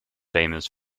famous